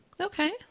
Okay